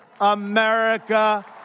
America